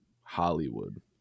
Hollywood